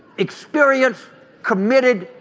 experienced committed.